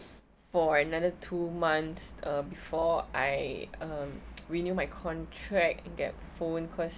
for another two months uh before I um renew my contract get phone first